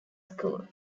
school